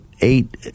eight